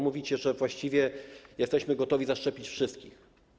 Mówicie, że właściwie jesteśmy gotowi zaszczepić wszystkich.